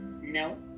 No